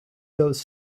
those